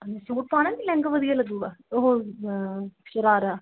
suit ਪਾਉਣਾ ਕਿ ਲਹਿੰਗਾ ਵਧੀਆ ਲੱਗੇਗਾ ਉਹ ਸ਼ਰਾਰਾ